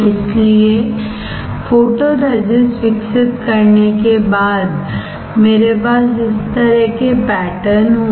इसलिएफोटोरेजिस्ट विकसित करने के बाद मेरे पास इस तरह के पैटर्न होंगे